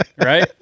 right